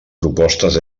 propostes